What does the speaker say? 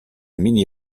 mini